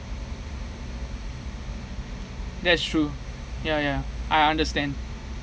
that's true ya ya I understand